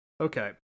Okay